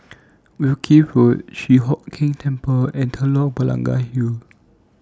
Wilkie Road Chi Hock Keng Temple and Telok Blangah Hill